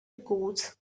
goes